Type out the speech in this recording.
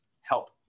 help